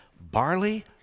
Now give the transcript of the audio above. barley